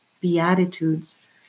beatitudes